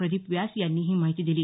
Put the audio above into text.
प्रदीप व्यास यांनी ही माहिती दिली